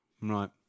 Right